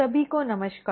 सभी को नमस्कार